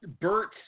Bert